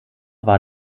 war